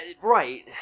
Right